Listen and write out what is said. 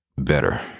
better